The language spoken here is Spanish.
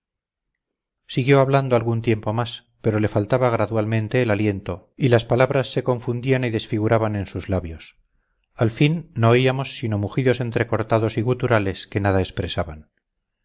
todavía siguió hablando algún tiempo más pero le faltaba gradualmente el aliento y las palabras se confundían y desfiguraban en sus labios al fin no oíamos sino mugidos entrecortados y guturales que nada expresaban